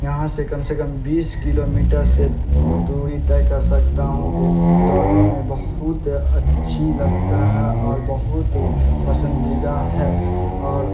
یہاں سے کم سے کم بیس کلو میٹر سے دوری طے کر سکتا ہوں کہ دوڑنے میں بہت اچھی لگتا ہے اور بہت پسندیدہ ہے اور